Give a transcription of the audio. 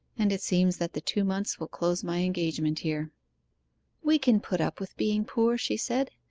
and it seems that the two months will close my engagement here we can put up with being poor she said,